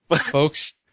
Folks